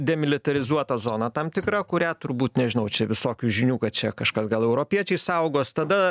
demilitarizuotą zoną tam tikrą kurią turbūt nežinau čia visokių žinių kad čia kažkas gal europiečiai saugos tada